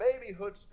babyhood